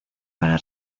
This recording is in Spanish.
para